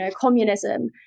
communism